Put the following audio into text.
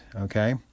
okay